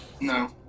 no